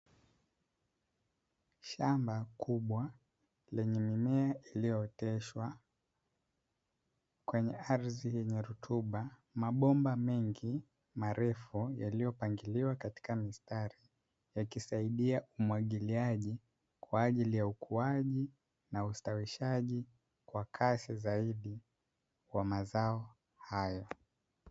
Shamba kubwa lenye mimea iliyooteshwa kwenye ardhi yenye rutuba, mabomba mengi marefu yaliyo pangiliwa katika mistari yakisaidia umwagiliaji kwa ajili ya ukuaji na ustawishaji kwa kasi zaidi wa mazao hayo.